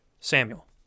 Samuel